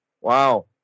Wow